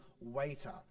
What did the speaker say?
waiter